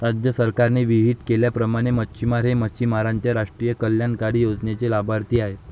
राज्य सरकारने विहित केल्याप्रमाणे मच्छिमार हे मच्छिमारांच्या राष्ट्रीय कल्याणकारी योजनेचे लाभार्थी आहेत